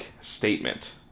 statement